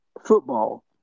football